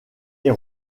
est